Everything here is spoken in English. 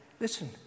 listen